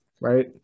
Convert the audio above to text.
Right